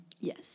Yes